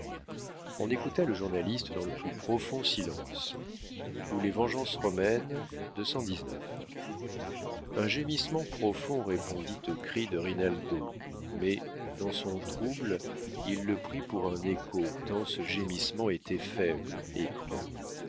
on écouta le journaliste dans le profond silence ou les vengeances romaines un gémissement profond répondit au cri de rinaldo mais dans son trouble il le prit pour un écho tant ce gémissement était faible et creux